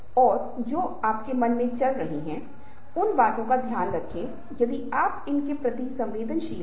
इसलिए संस्कृति बहुत महत्वपूर्ण भूमिका निभाती है सम्मेलन एक ऐसी चीज है जो एक संस्कृति में अंतर्निहित है